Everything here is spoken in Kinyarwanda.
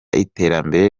iterambere